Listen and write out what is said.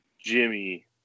Jimmy